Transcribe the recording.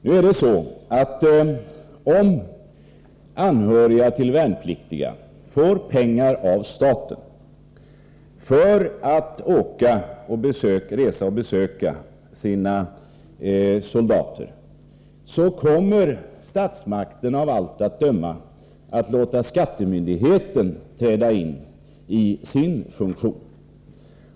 Nu är det så att om anhöriga till värnpliktiga får pengar av staten för att resa och besöka sina soldater, så kommer statsmakterna av allt att döma att låta skattemyndigheterna träda in i sin funktion.